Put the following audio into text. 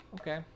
okay